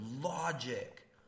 logic